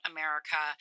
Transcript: America